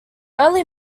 early